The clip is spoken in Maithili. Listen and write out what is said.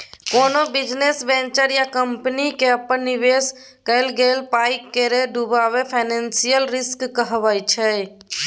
कोनो बिजनेस वेंचर या कंपनीक पर निबेश कएल गेल पाइ केर डुबब फाइनेंशियल रिस्क कहाबै छै